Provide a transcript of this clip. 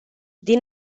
din